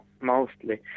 mostly